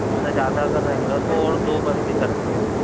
उससे ज़्यादा अगर रहेगा तो और दो बस भी करा सकते हैं